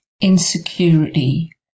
insecurity